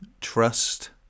Trust